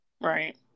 Right